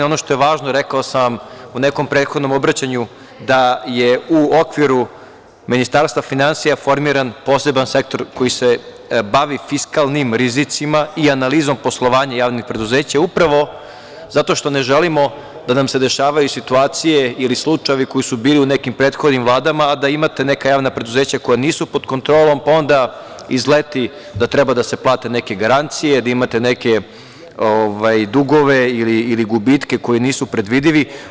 Ono što je važno, rekao sam vam u nekom prethodnom obraćanju da je u okviru Ministarstva finansija formiran poseban sektor koji se bavi fiskalnim rizicima i analizom poslovanja javnih preduzeća, upravo zato što ne želimo da nam se dešavaju situacije ili slučajevi koji su bili u nekim prethodnim vladama, a da imate neka javna preduzeća koja nisu pod kontrolom, pa onda izleti da treba da se plate neke garancije, da imate neke dugove ili gubitke koji nisu predvidivi.